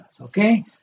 okay